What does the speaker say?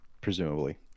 Presumably